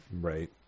right